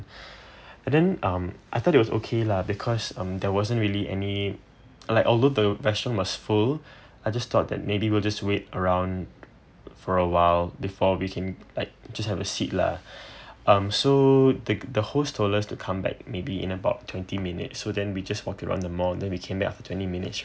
and then um I thought it was okay lah because um there wasn't really any like although the restaurant was full I just thought that maybe we'll just wait around for awhile before we came like just have a seat lah um so the the host told us to come back maybe in about twenty minutes so then we just walk around the mall then we came back after twenty minutes